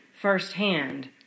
firsthand